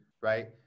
right